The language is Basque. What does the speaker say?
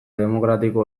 demokratiko